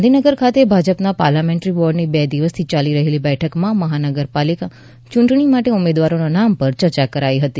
ગાંધીનગર ખાતે ભાજપના પાર્લામેન્ટરી બોર્ડની બે દિવસથી ચાલી રહેલી બેઠકમાં મહાનગરપાલિકા ચૂંટણી માટે ઉમેદવારોના નામ પર ચર્ચાઓ કરાઈ હતી